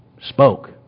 spoke